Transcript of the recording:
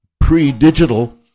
pre-digital